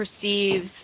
perceives